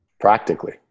practically